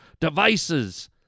devices